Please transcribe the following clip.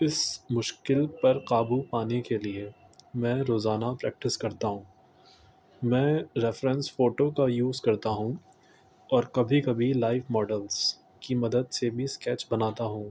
اس مشکل پر قابو پانے کے لیے میں روزانہ پریکٹس کرتا ہوں میں ریفرینس فوٹو کا یوز کرتا ہوں اور کبھی کبھی لائیو ماڈلس کی مدد سے بھی اسکیچ بناتا ہوں